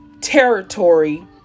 territory